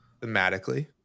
thematically